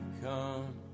come